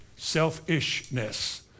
Selfishness